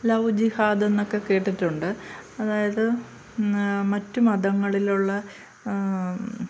love ജിഹാദ് എന്നൊക്കെ കേട്ടിട്ടുണ്ട് അതായത് മറ്റു മതങ്ങളിലുള്ള